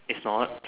it's not